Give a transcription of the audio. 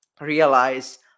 realize